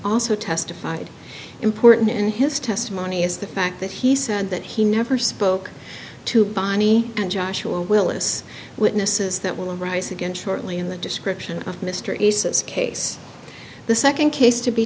also testified important in his testimony is the fact that he said that he never spoke to bonny and joshua willis witnesses that will arise again shortly in the description of mr isa's case the second case to be